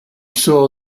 saw